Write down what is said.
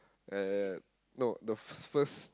at no the first